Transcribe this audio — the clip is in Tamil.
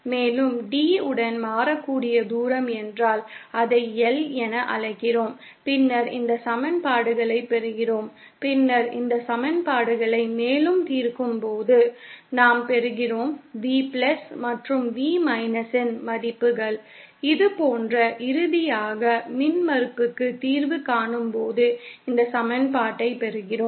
மேலும் D உடன் மாறக்கூடிய தூரம் என்றால் அதை L என அழைக்கிறோம் பின்னர் இந்த சமன்பாடுகளைப் பெறுகிறோம் பின்னர் இந்த சமன்பாடுகளை மேலும் தீர்க்கும்போது நாம் பெறுகிறோம் V மற்றும் V இன் மதிப்புகள் இதுபோன்று இறுதியாக மின்மறுப்புக்கு தீர்வு காணும்போது இந்த சமன்பாட்டைப் பெறுகிறோம்